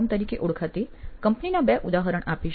com તરીકે ઓળખાતી કંપનીના બે ઉદાહરણ આપીશ